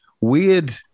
weird